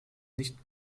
nicht